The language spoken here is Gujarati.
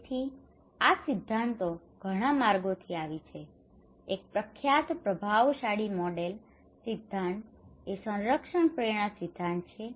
તેથી આ સિદ્ધાંતો ઘણા માર્ગોથી આવી છે એક પ્રખ્યાત પ્રભાવશાળી મોડેલ સિદ્ધાંત એ સંરક્ષણ પ્રેરણા સિદ્ધાંત છે